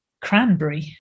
Cranberry